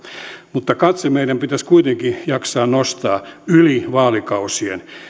mutta katse meidän pitäisi kuitenkin jaksaa nostaa yli vaalikausien